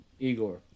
Igor